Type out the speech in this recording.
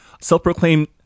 Self-proclaimed